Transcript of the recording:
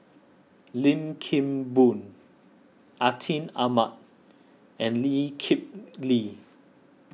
Lim Kim Boon Atin Amat and Lee Kip Lee